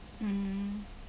mm